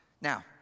Now